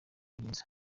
byiza